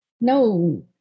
no